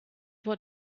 what